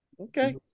Okay